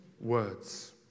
words